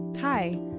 Hi